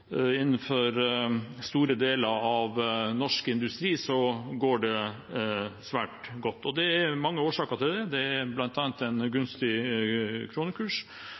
innenfor store deler av norsk industri går det svært godt. Det er mange årsaker til det, bl.a. en gunstig kronekurs,